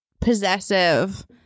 possessive